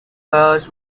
hers